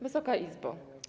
Wysoka Izbo!